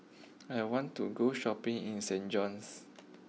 I want to go Shopping in Saint John's